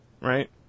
right